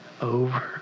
over